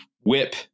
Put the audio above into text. whip